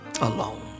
alone